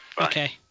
Okay